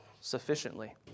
sufficiently